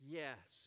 yes